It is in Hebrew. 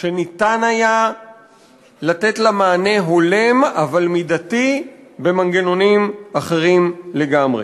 שניתן היה לתת לה מענה הולם אבל מידתי במנגנונים אחרים לגמרי.